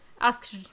Ask